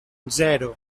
zero